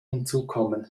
hinzukommen